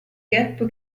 gap